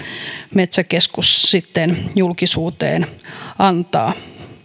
metsäkeskus sitten julkisuuteen antaa